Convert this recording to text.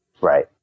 Right